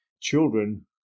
children